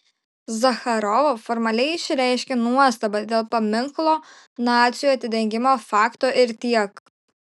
zacharova formaliai išreiškė nuostabą dėl paminklo naciui atidengimo fakto ir tiek